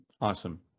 Awesome